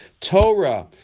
Torah